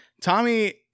Tommy